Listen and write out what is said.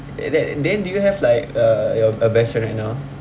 uh then then do you have like uh your a best friend right now